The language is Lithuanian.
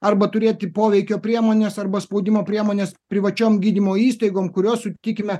arba turėti poveikio priemones arba spaudimo priemones privačiom gydymo įstaigom kurios sutikime